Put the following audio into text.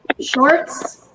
shorts